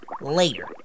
Later